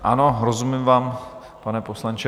Ano, rozumím vám, pane poslanče.